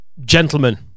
Gentlemen